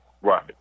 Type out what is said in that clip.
Right